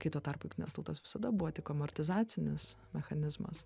kai tuo tarpu jungtinės tautos visada buvo tik amortizacinis mechanizmas